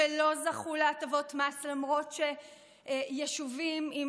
שלא זכו להטבות מס למרות שיישובים עם